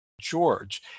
George